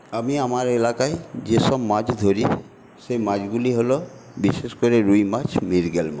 আমি আমার এলাকায় যে সব মাছ ধরি সেই মাছগুলি হলো বিশেষ করে রুই মাছ মৃগেল মাছ